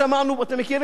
בכירים,